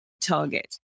target